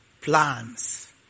plans